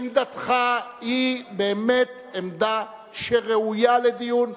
עמדתך היא באמת עמדה שראויה לדיון,